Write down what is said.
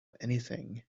anything